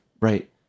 right